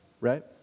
Right